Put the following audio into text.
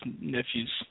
nephews